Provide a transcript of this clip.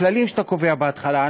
הכללים שאתה קובע בהתחלה,